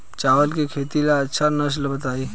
चावल के खेती ला अच्छा नस्ल बताई?